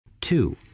two